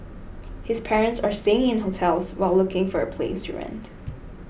his parents are staying in hotels while looking for a place to rent